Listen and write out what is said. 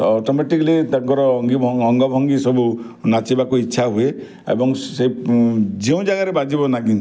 ସେ ଅଟୋମେଟିକଲି ତାଙ୍କର ଅଙ୍ଗୀ ଭଙ୍ଗ ଅଙ୍ଗ ଭଙ୍ଗୀ ସବୁ ନାଚିବାକୁ ଇଚ୍ଛା ହୁଏ ଏବଂ ସେଇ ଯେଉଁ ଜାଗାରେ ବାଜିବ ନାଗିନ୍